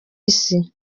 isi